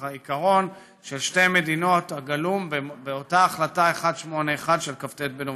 את העיקרון של שתי המדינות הגלום באותה החלטה 181 של כ"ט בנובמבר.